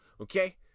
Okay